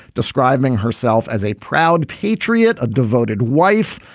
describing herself as a proud patriot, a devoted wife,